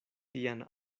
tian